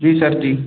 जी sir जी